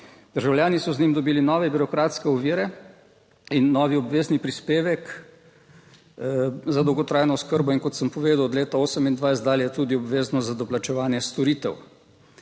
Državljani so z njim dobili nove birokratske ovire in novi obvezni prispevek za dolgotrajno oskrbo in kot sem povedal, od leta 2028 dalje tudi obveznost za doplačevanje storitev.